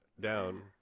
down